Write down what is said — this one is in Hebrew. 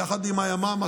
ביחד עם הימ"מ,